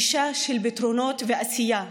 אישה של פתרונות ועשייה.